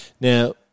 Now